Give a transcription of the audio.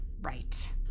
Right